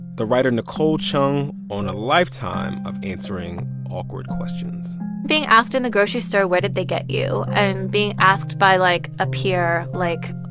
the writer nicole chung on a lifetime of answering awkward questions being asked in the grocery store, where did they get you? and being asked by, like, a peer, like,